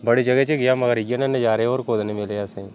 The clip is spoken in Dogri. बड़ी जगह च गेआ पर इयै नेह् नज़ारे होर कुदै नि मिले असेंगी